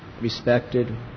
respected